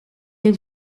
him